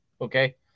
Okay